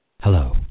Hello